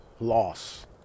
loss